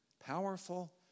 powerful